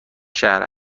شهر